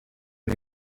iri